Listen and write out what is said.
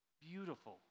Beautiful